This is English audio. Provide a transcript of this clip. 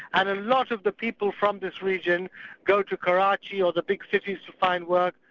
and a lot of the people from this region go to karachi or the big cities to find work,